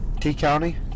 T-County